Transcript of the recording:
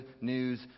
news